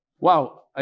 Wow